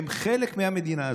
הם חלק מהמדינה הזאת.